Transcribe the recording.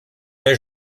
t’ai